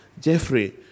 Jeffrey